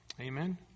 Amen